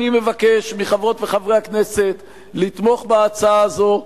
אני מבקש מחברות וחברי הכנסת לתמוך בהצעה הזו,